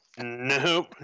Nope